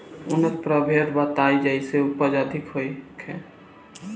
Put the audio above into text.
उन्नत प्रभेद बताई जेसे उपज अधिक होखे?